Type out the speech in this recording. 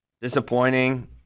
Disappointing